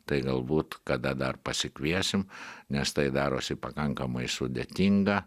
tai galbūt kada dar pasikviesim nes tai darosi pakankamai sudėtinga